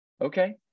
Okay